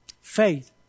Faith